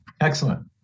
Excellent